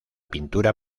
pintura